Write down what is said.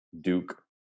Duke